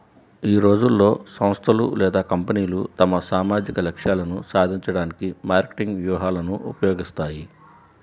ఈ రోజుల్లో, సంస్థలు లేదా కంపెనీలు తమ సామాజిక లక్ష్యాలను సాధించడానికి మార్కెటింగ్ వ్యూహాలను ఉపయోగిస్తాయి